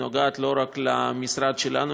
היא נוגעת לא רק למשרד שלנו,